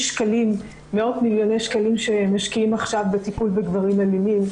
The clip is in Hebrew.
מאות מיליוני שקלים שמשקיעים עכשיו בטיפול בגברים אלימים.